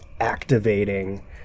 activating